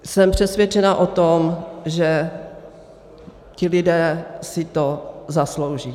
Jsem přesvědčena o tom, že ti lidé si to zaslouží.